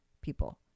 people